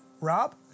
Rob